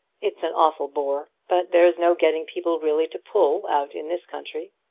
it's an awful bore, but there's no getting people really to pull out in this country.